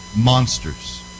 monsters